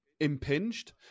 Impinged